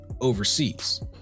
overseas